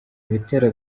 ibitero